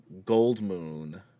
Goldmoon